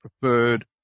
preferred